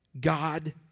God